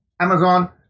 Amazon